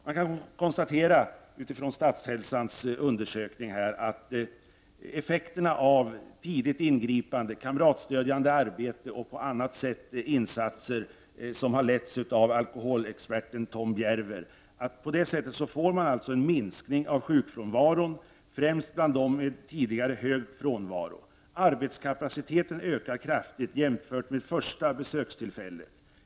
Man kan utifrån Statshälsans undersökning, som har letts av alkoholexperten Tom Bjerver, konstatera att tidigt ingripande, kamratstödjande arbete och andra insatser leder till en minskning av sjukfrånvaron, främst bland dem med tidigare hög sjukfrånvaro. Arbetskapaciteten ökar kraftigt jämfört med första besökstillfället.